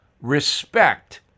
respect